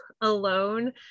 alone